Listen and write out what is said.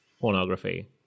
pornography